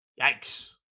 Yikes